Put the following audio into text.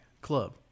Club